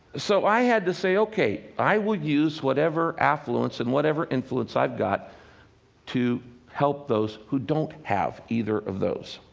so i had to say, ok, i would use whatever affluence and whatever influence i've got to help those who don't have either of those.